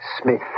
Smith